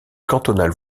cantonales